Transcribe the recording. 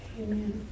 Amen